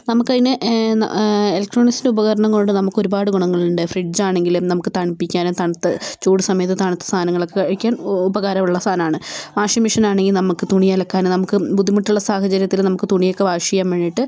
നമുക്കതിനെ ഇലക്ട്രോണിക്സിൻ്റെ ഉപകരണങ്ങൾ കൊണ്ട് നമുക്കൊരുപാട് ഗുണങ്ങളുണ്ട് ഫ്രിഡ്ജാണെങ്കിലും നമുക്ക് തണുപ്പിക്കാനും തണുത്ത ചൂട് സമയത്ത് തണുത്ത സാധനങ്ങളൊക്കെ കഴിക്കാൻ ഉപകാരമുള്ള സാധനമാണ് വാഷിംഗ് മെഷീനാണെങ്കിൽ നമുക്ക് തുണിയലക്കാൻ നമുക്ക് ബുദ്ധിമുട്ടുള്ള സാഹചര്യത്തിൽ നമുക്ക് തുണിയൊക്കെ വാഷ് ചെയ്യാൻ വേണ്ടീട്ട്